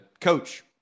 coach